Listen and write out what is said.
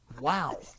Wow